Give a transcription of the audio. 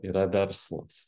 yra verslas